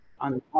on